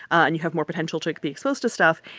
and you have more potential to be exposed to stuff.